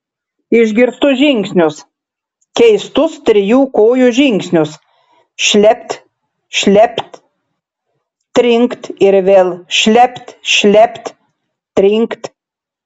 išgirstu žingsnius keistus trijų kojų žingsnius šlept šlept trinkt ir vėl šlept šlept trinkt